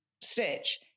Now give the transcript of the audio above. stitch